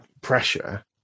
pressure